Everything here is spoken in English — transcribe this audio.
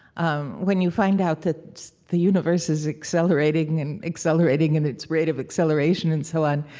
um when you find out that the universe is accelerating and accelerating in its rate of acceleration and so on,